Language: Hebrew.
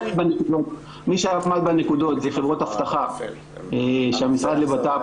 שמי שישב בנקודות זה חברות אבטחה שהמשרד לבט"פ